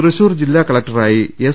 തൃശൂർ ജില്ലാ കളക്ടറായി എസ്